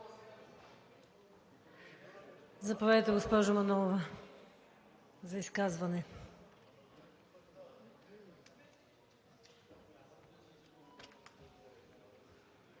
Заповядайте, госпожо Зайкова, за изказване.